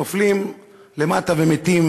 נופלים למטה ומתים.